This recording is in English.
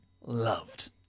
loved